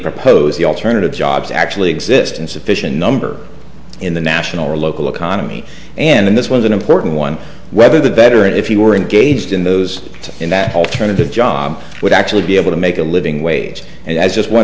proposed the alternative jobs actually exist in sufficient number in the national local economy and this was an important one whether the better if you were engaged in those in that alternative job would actually be able to make a living wage and as just one